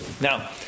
now